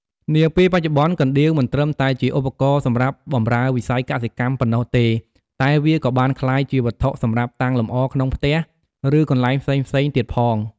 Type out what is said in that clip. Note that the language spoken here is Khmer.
នាពេលបច្ចុប្បន្នកណ្ដៀវមិនត្រឹមតែជាឧបករណ៍សម្រាប់បម្រើវិស័យកសិកម្មប៉ុណ្ណោះទេ តែវាក៏បានក្លាយជាវត្ថុសម្រាប់តាំងលម្អក្នុងផ្ទះ ឬកន្លែងផ្សេងៗទៀតផង។